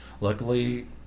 Luckily